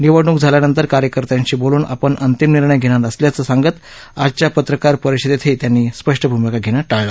निवडणूक झाल्यानंतर कार्यकत्यांशी बोलून आपण अंतिम निर्णय घेणार असल्याचं सांगत आजच्या पत्रकार परिषदेतही त्यांनी भुमिका घेणं टाळलं